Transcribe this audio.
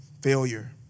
failure